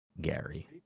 gary